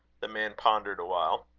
the man pondered a while.